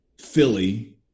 Philly